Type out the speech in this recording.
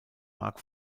mag